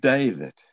David